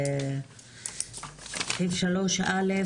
סעיף 3(א),